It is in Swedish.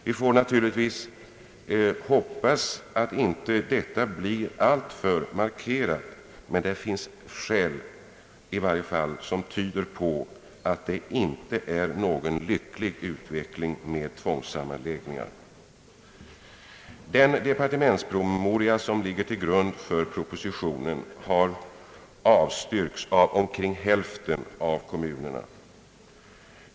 Vi får naturligtvis hoppas att denna utveckling inte blir alltför markerad, men det finns i varje fall tecken som tyder på att tvångssammanläggningar inte utgör en lycklig lösning. Den departementspromemoria som ligger till grund för propositionen har avstyrkts av omkring hälften av kommunerna.